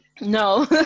No